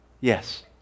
Yes